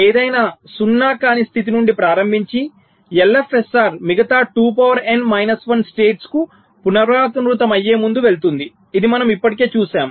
ఏదైనా 0 కాని స్థితి నుండి ప్రారంభించి LFSR మిగతా 2 పవర్ n మైనస్ 1 స్టేట్స్కు పునరావృతమయ్యే ముందు వెళ్తుంది ఇది మనము ఇప్పటికే చూశాము